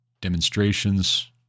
demonstrations